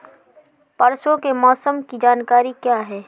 परसों के मौसम की जानकारी क्या है?